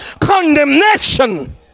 condemnation